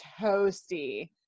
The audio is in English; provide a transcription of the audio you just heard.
toasty